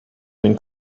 been